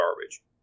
garbage